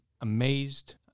amazed